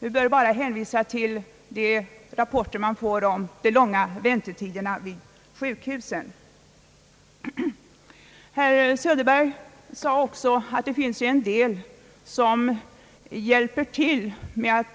Jag behöver bara hänvisa till de rapporter vi får om de långa väntetiderna vid sjukhusen. Herr Söderberg nämnde vidare att det finns sådana som